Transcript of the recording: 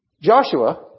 Joshua